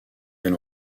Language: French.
elle